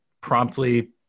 promptly